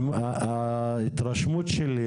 ההתרשמות שלי,